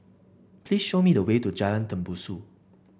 please show me the way to Jalan Tembusu